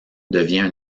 devient